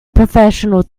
professional